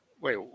Wait